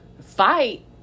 fight